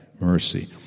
mercy